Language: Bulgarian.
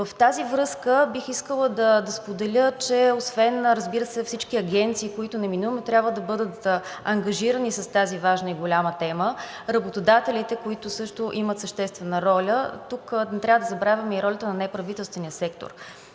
В тази връзка бих искала да споделя, че освен, разбира се, всички агенции, които неминуемо трябва да бъдат ангажирани с тази важна и голяма тема, работодателите, които също имат съществена роля, тук не трябва да забравяме и ролята на неправителствения сектор,